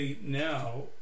now